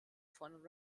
von